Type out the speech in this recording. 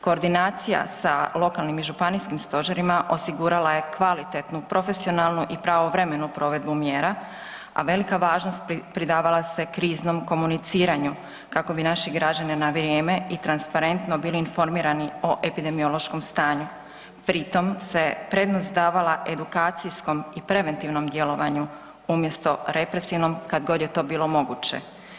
Koordinacija sa lokalnim i županijskim stožerima osigurala je kvalitetnu, profesionalnu i pravovremenu provedbu mjera, a velika važnost pridavala se kriznom komuniciranju kako bi naši građani na vrijeme i transparentno bili informirani o epidemiološkom stanju, pri tom se prednost davala edukacijskom i preventivnom djelovanju umjesto represivnom kad god je to bilo moguće.